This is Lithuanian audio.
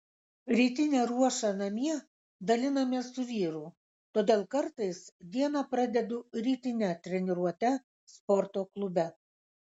rytinę ruošą namie dalinamės su vyru todėl kartais dieną pradedu rytine treniruote sporto klube